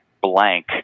blank